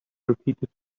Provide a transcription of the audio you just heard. repeated